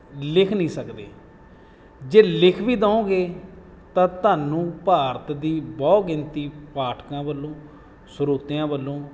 ਲਿਖ ਨਹੀਂ ਸਕਦੇ ਜੇ ਲਿਖ ਵੀ ਦਉਂਗੇ ਤਾਂ ਤੁਹਾਨੂੰ ਭਾਰਤ ਦੀ ਬਹੁਗਿਣਤੀ ਪਾਠਕਾਂ ਵੱਲੋਂ ਸਰੋਤਿਆਂ ਵੱਲੋਂ